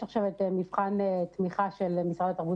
יש עכשיו מבחן תמיכה של משרד התרבות